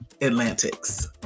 Atlantics